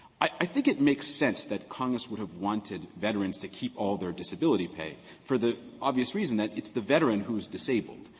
i think it makes sense that congress would have wanted veterans to keep all their disability pay for the obvious reason that it's the veteran who's disabled.